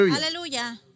Hallelujah